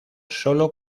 sólo